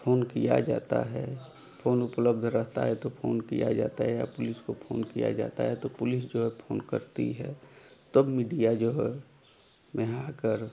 phone किया जाता है फोन उपलब्ध रहता है तो फोन किया जाता है या पुलिस को फोन किया जाता है तो पुलिस जो है फोन करती है तब मीडिया जो है वह आकर